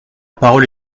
parole